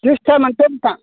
दिस्था मोनसे होनदां